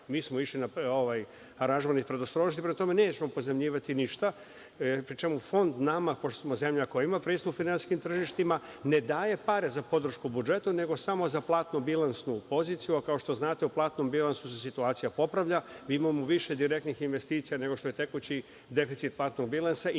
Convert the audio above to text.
Mi smo išli na ovaj aranžman iz predostrožnosti, prema tome nećemo pozajmljivati ništa pri čemu Fond nama, pošto smo zemlja koja ima pristup finansijskim tržištima ne daje pare za podršku budžetu, nego samo za platno-bilansnu poziciju. Kao što znate u platnom bilansu se situacija popravlja, imamo više direktnih investicija nego što je tekući deficit platnog bilansa